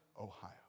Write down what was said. Ohio